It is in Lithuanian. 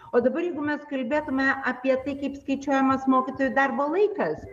o dabar jeigu mes kalbėtume apie tai kaip skaičiuojamas mokytojų darbo laikas